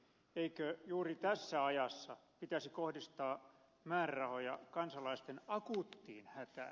eikö juuri tässä ajassa pitäisi kohdistaa määrärahoja kansalaisten akuuttiin hätään